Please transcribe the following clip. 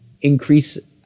increase